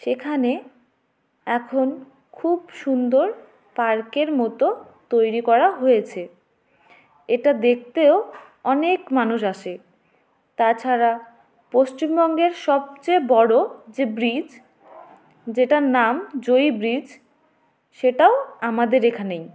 সেখানে এখন খুব সুন্দর পার্কের মতো তৈরি করা হয়েছে এটা দেখতেও অনেক মানুষ আসে তাছাড়া পশ্চিমবঙ্গের সবচেয়ে বড়ো যে ব্রিজ যেটার নাম জয়ী ব্রিজ সেটাও আমাদের এখানেই